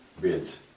bids